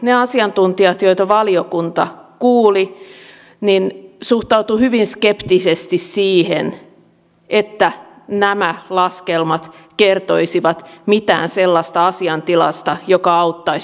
ne asiantuntijat joita valiokunta kuuli suhtautuivat hyvin skeptisesti siihen että nämä laskelmat kertoisivat asian tilasta mitään sellaista joka auttaisi päätöksenteossa